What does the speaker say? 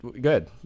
good